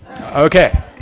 Okay